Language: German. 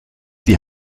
die